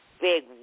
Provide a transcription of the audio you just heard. big